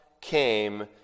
came